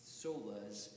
solas